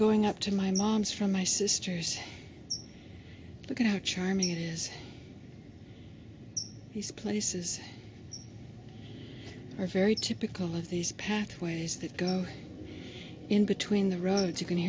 going up to my mom's from my sister's look at how charming it is these places are very typical of these pathways that go in between the roads you can